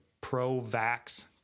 pro-vax